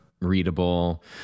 readable